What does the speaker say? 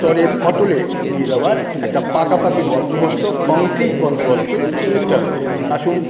স্তরের অতলে নিয়ে যাওয়ার একটা পাকাপাকি বন্দোবস্ত কংক্রিট বন্দোবস্তের চেষ্টা হচ্ছে আসুন